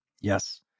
Yes